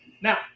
Now